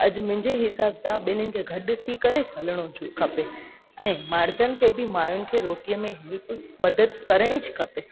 अॼु मुंहिंजे हिसाब सां ॿिन्हिनि खे गॾु थी करे हलिणो खपे ऐं मर्दनि खे बि माइयुनि खे रोटीअ में हेल्प मदद करिणी खपे